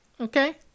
okay